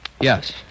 Yes